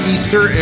Easter